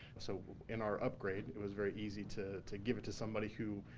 so in our upgrade, it was very easy to to give it to somebody who,